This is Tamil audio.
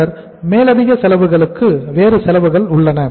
பின்னர் மேலதிகசெலவுகளுக்கு வேறு செலவுகள் உள்ளன